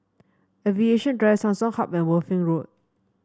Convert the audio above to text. Aviation Drive Samsung Hub and Worthing Road